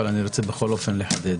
אבל אני רוצה בכל אופן לחדד.